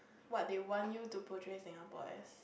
what they want you to progress Singapore as